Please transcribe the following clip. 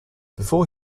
before